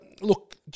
look